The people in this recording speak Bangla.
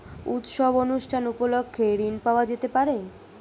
উৎসব অনুষ্ঠান উপলক্ষে ঋণ পাওয়া যেতে পারে?